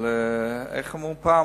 אבל איך אמרו פעם?